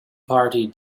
party